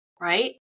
right